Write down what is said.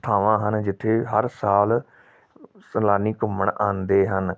ਥਾਵਾਂ ਹਨ ਜਿੱਥੇ ਹਰ ਸਾਲ ਸੈਲਾਨੀ ਘੁੰਮਣ ਆਉਂਦੇ ਹਨ